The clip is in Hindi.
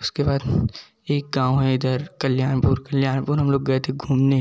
उसके बाद एक गाँव है इधर कल्यानपुर कल्यानपुर हम लोग गए थे घूमने